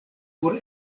por